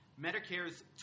Medicare's